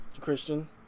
Christian